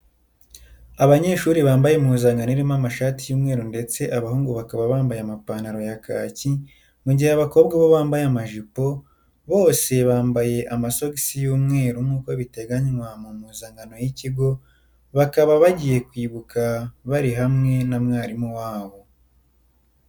Abanyeshuri bambaye impuzankano irimo amashati y'umweru ndetse abahungu bakaba bambaye amapantaro ya kaki mu gihe abakobwa bo bambaye amajipo, bose bambaye amasogisi y'umweru nk'uko biteganywa mu mpuzankano y'ikigo, bakaba bagiye kwibuka bari hamwe na mwarimu wabo.